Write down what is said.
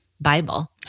Bible